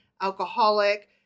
alcoholic